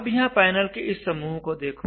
अब यहां पैनल के इस समूह को देखो